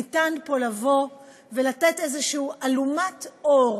ניתן פה לבוא ולתת איזושהי אלומת אור